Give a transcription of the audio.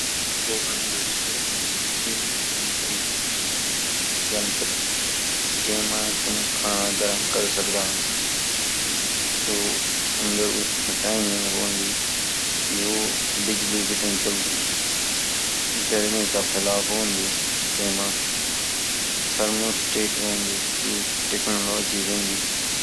ओवन जोची सु ची मोडरें तरिके कु का यंत्र जमा तुम खाना गरम क्र सकदा सु अंदर उसमे टाइमिंग हुएनदी जो बिजली बीतीं चल्दु गर्मी का फैलाव होन्दु तेमा थर्मोस्टेट की टेक्नोलॉजी हुएनदी